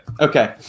Okay